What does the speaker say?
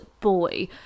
boy